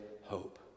hope